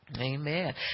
Amen